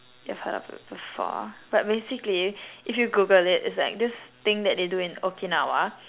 you've heard of it before but basically if you Google it it's like this thing that they do in Okinawa